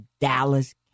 Dallas